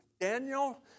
Daniel